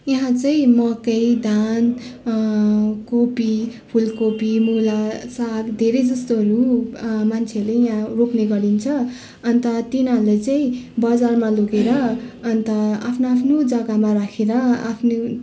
यहाँ चाहिँ मकै धान कोपी फुलकोपी मुला साग धेरै जस्तोहरू मान्छेले यहाँ रोप्ने गरिन्छ अन्त तिनीहरूले चाहिँ बजारमा लुगेर अन्त आफ्नो आफ्नो जग्गामा राखेर आफ्नो